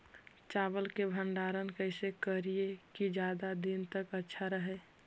चावल के भंडारण कैसे करिये की ज्यादा दीन तक अच्छा रहै?